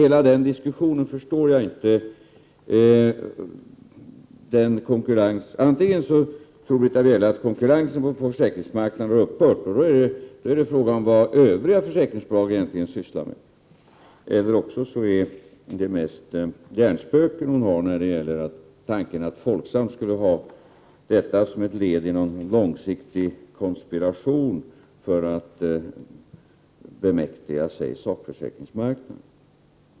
Hela den diskussionen är oförståelig för mig. Antingen tror Britta Bjelle att konkurrensen på försäkringsmarknaden har upphört, då är det fråga om vad övriga försäkringsbolag egentligen sysslar med, eller också är det mest hjärnspöken när hon tänker att Folksam skulle göra detta som ett led i en långsiktig konspiration för att bemäktiga sig sakförsäkringsmarknaden.